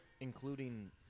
Including